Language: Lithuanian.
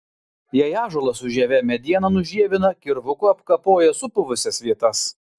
jei ąžuolas su žieve medieną nužievina kirvuku apkapoja supuvusias vietas